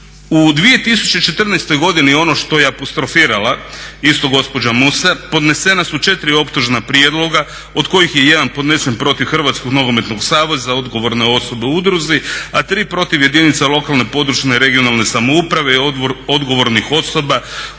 U 2014.godini ono što je apostrofirala isto gospođa Musa podnesena su 4 optužna prijedloga od kojih je jedan podnesen protiv Hrvatskog nogometnog saveza odgovorne osobe u udruzi, a tri protiv jedinica lokalne, područne (regionalne) samouprave i odgovornih osoba